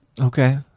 Okay